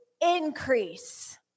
increase